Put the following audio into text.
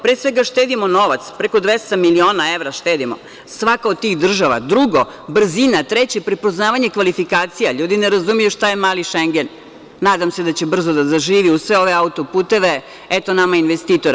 Pre svega, štedimo novac, preko 200 miliona evra štedimo, svaka od tih država, drugo - brzina, treće - prepoznavanje kvalifikacija, ljudi ne razumeju šta je „mali Šengen“, nadam se da će brzo da zaživi uz sve ove auto-puteve, eto nama investitora.